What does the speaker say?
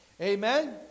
Amen